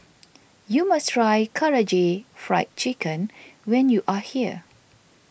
you must try Karaage Fried Chicken when you are here